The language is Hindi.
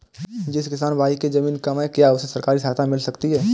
जिस किसान भाई के ज़मीन कम है क्या उसे सरकारी सहायता मिल सकती है?